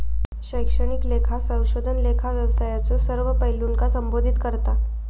शैक्षणिक लेखा संशोधन लेखा व्यवसायाच्यो सर्व पैलूंका संबोधित करता